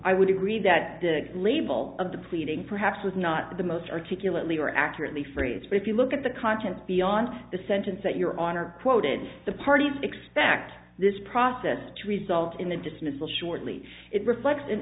i would agree that the label of the pleading perhaps was not the most articulately or accurately phrase for if you look at the content beyond the sentence that your honor quoted the parties expect this process teresa in the dismissal shortly it reflects an